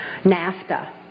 NAFTA